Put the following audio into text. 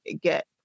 get